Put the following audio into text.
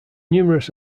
numerous